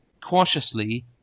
cautiously